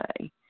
say